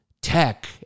tech